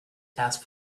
ask